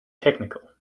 technical